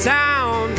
town